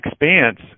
expanse